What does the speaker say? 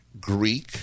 Greek